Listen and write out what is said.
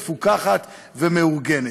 מפוקחת ומאורגנת.